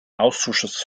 ausschusses